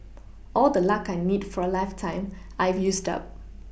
all the luck I need for a lifetime I've used up